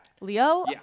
Leo